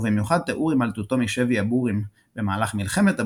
ובמיוחד תיאור הימלטותו משבי הבורים במהלך מלחמת הבורים,